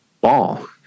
ball